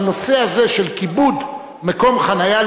אבל הנושא הזה של כיבוד מקום חנייה